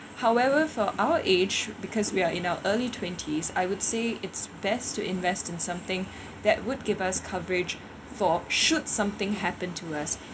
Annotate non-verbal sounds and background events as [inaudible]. however for our age because we are in our early twenties I would say it's best to invest in something [breath] that would give us coverage for should something happen to us